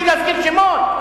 בלי להזכיר שמות?